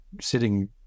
sitting